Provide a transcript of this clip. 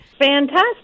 Fantastic